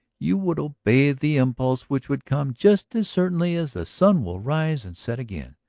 you would obey the impulse which would come just as certainly as the sun will rise and set again.